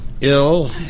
ill